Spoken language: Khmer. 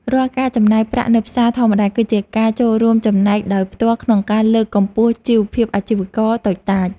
រាល់ការចំណាយប្រាក់នៅផ្សារធម្មតាគឺជាការចូលរួមចំណែកដោយផ្ទាល់ក្នុងការលើកកម្ពស់ជីវភាពអាជីវករតូចតាច។